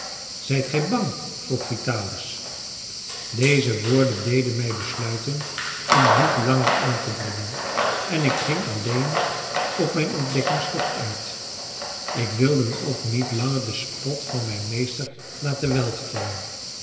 zijt gij bang vroeg vitalis deze woorden deden mij besluiten om niet langer aan te dringen en ik ging alleen op mijn ontdekkingstocht uit ik wilde me ook niet langer den spot van mijn meester laten welgevallen